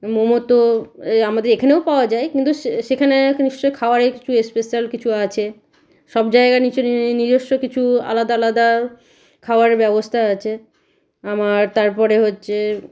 মোমো তো এই আমাদের এখানেও পাওয়া যায় কিন্তু সেখানে নিশ্চয়ই খাবারের কিছু স্পেশাল কিছু আছে সব জায়গায় নিশ্চয়ই নিজস্ব কিছু আলাদা আলাদা খাবারের ব্যবস্থা আছে আমার তারপরে হচ্ছে